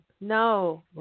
no